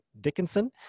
Dickinson